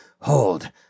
Hold